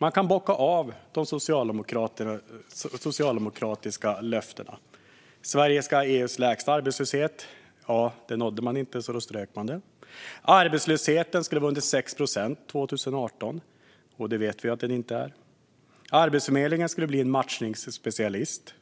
Man kan bocka av de socialdemokratiska löftena. Sverige skulle ha EU:s lägsta arbetslöshet. Det nådde man inte, så då strök man det. Arbetslösheten skulle vara under 6 procent 2018. Det vet vi att den inte är. Arbetsförmedlingen skulle bli en matchningsspecialist.